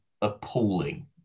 appalling